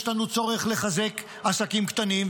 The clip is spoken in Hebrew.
יש לנו צורך לחזק עסקים קטנים,